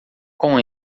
com